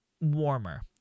warmer